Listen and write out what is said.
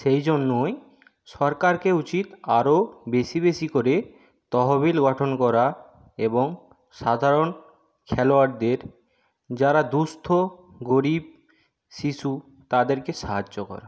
সেই জন্যই সরকারকে উচিৎ আরো বেশি বেশি করে তহবিল গঠন করা এবং সাধারণ খেলোয়াড়দের যারা দুঃস্থ গরীব শিশু তাদেরকে সাহায্য করা